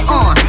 on